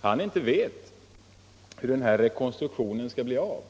han inte vet hur denna rekonstruktion skall genomföras.